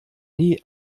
nie